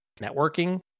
networking